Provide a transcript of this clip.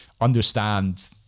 understand